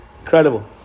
Incredible